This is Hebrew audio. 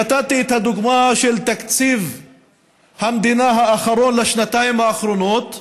נתתי את הדוגמה של תקציב המדינה האחרון לשנתיים האחרונות,